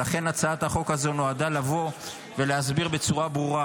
ולכן הצעת החוק הזו נועדה לבוא ולהסביר בצורה ברורה: